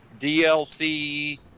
DLC